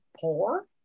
poor